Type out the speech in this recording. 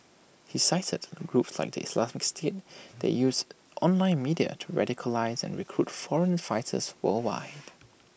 he cited groups like the Islamic state that used online media to radicalise and recruit foreign fighters worldwide